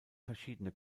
verschiedene